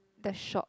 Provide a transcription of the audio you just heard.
that shot